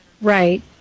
Right